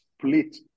split